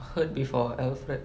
heard before alfred